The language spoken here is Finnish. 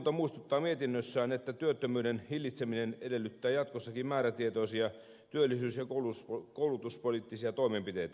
valiokunta muistuttaa mietinnössään että työttömyyden hillitseminen edellyttää jatkossakin määrätietoisia työllisyys ja koulutuspoliittisia toimenpiteitä